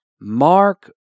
mark